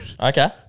Okay